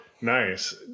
Nice